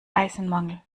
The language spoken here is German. eisenmangel